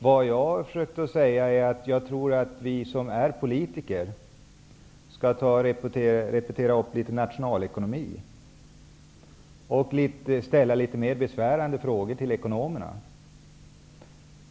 Vad jag försökte säga är att jag tror att vi som är politiker skall ta och repetera litet nationalekonomi och ställa litet mer besvärande frågor till ekonomerna.